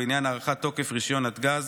בעניין הארכת תוקף רישיון נתג"ז,